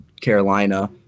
Carolina